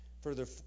further